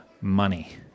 money